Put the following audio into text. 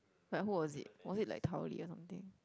like who was it was it like Tao-Li or something